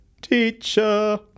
teacher